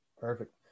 Perfect